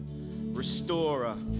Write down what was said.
restorer